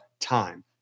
Time